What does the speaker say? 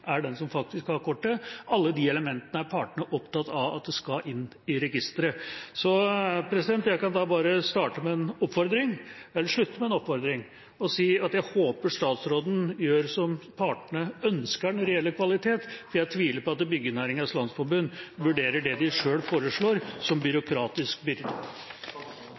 er den som faktisk har kortet – alle disse elementene er partene opptatt av at skal inn i registeret. Så jeg kan bare slutte med en oppfordring og si at jeg håper statsråden gjør som partene ønsker når det gjelder kvalitet, for jeg tviler på at Byggenæringens Landsforening vurderer det de sjøl foreslår, som byråkratisk.